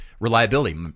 Reliability